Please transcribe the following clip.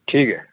ਠੀਕ ਹੈ